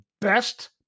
best